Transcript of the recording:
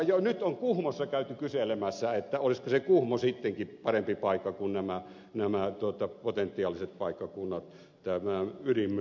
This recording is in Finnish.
jo nyt on kuhmossa käyty kyselemässä olisiko se kuhmo sittenkin parempi paikka kun nämä potentiaaliset paikkakunnat tämän ydinmyllyn sijoittamiselle